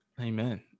Amen